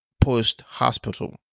post-hospital